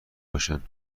باشن